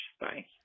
bye